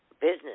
business